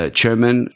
chairman